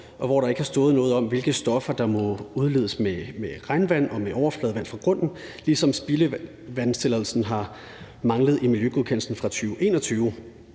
og hvor der ikke har stået noget om, hvilke stoffer der må udledes med regnvand og med overfladevand fra grunden, ligesom spildevandstilladelsen har manglet i miljøgodkendelsen fra 2021.